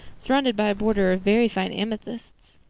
surrounded by a border of very fine amethysts.